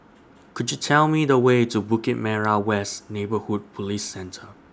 Could YOU Tell Me The Way to Bukit Merah West Neighbourhood Police Centre